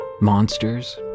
Monsters